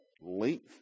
length